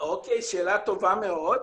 זו שאלה טובה מאוד.